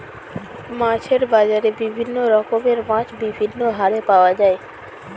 মাছের বাজারে বিভিন্ন রকমের মাছ বিভিন্ন হারে পাওয়া যায়